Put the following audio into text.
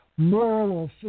moral